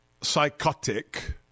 psychotic